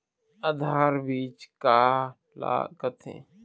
आधार बीज का ला कथें?